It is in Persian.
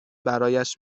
برایش